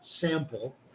sample